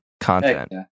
content